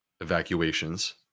evacuations